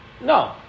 No